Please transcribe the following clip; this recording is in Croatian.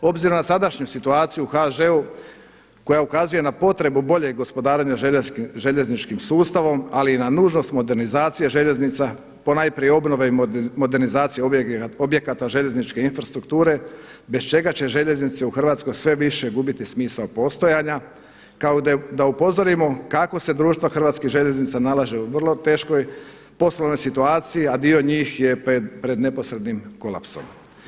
Obzirom na sadašnju situaciju u HŽ-u koja ukazuje na potrebu boljeg gospodarenja željezničkim sustavom ali i na nužnost modernizacije željeznica, ponajprije obnove i modernizacije objekata željezničke infrastrukture bez čega će željeznice u Hrvatskoj sve više gubiti smisao postojanja kao da upozorimo kako se društva Hrvatskih željeznica nalaze u vrlo teškoj poslovnoj situaciji a dio njih je pred neposrednim kolapsom.